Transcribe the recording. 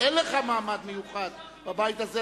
אין לך מעמד מיוחד בבית הזה,